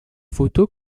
photo